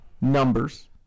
numbers